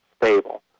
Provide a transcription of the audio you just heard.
stable